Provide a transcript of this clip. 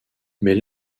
mais